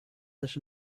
that